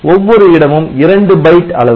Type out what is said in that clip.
ஒவ்வொரு இடமும் 2 பைட் அளவு